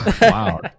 Wow